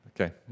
Okay